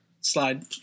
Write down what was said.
slide